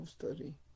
study